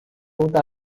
ruta